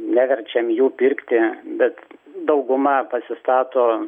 neverčiam jų pirkti bet dauguma pasistato